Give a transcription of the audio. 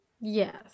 Yes